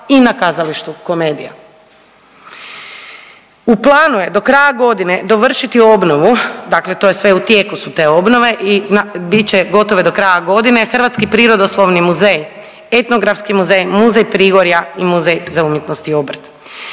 i na Kazalištu Komedija. U planu je do kraja godine dovršiti obnovu, dakle to je sve u tijeku su te obnove i bit će gotove do kraja godine Hrvatski prirodoslovni muzej, Etnografski muzej, Muzej Prigorja i Muzej za umjetnost i obrt.